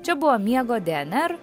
čia buvo miego dnr